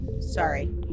Sorry